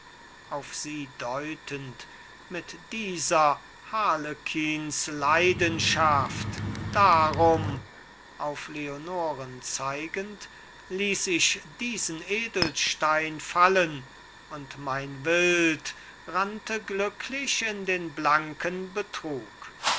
auf sie deutend mit dieser harlekinsleidenschaft darum auf leonoren zeigend ließ ich diesen edelstein fallen und mein wild rannte glücklich in den blanken betrug